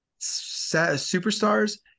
superstars